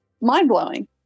mind-blowing